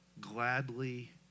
gladly